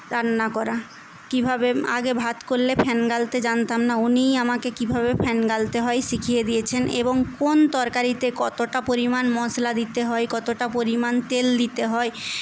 রান্না করা কীভাবে আগে ভাত করলে ফ্যান গালতে জানতাম না উনিই আমাকে কীভাবে ফ্যান গালতে হয় শিখিয়ে দিয়েছেন এবং কোন তরকারিতে কতটা পরিমাণ মশলা দিতে হয় কতটা পরিমাণ তেল দিতে হয়